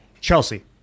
Chelsea